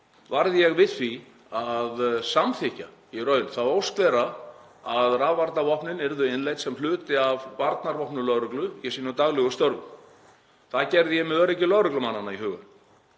varð ég við því að samþykkja í raun þá ósk þeirra að rafvarnarvopnin yrðu innleidd sem hluti af varnarvopnum lögreglu í sínum daglegu störfum. Það gerði ég með öryggi lögreglumannanna í huga.